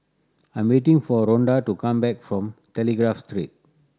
I am waiting for Ronda to come back from Telegraph Street